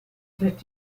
wird